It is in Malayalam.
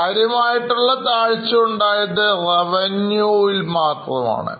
കാര്യമായ താഴ്ച ഉണ്ടായത് Revenue ൽആണ്